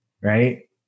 right